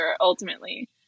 ultimately